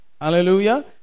Hallelujah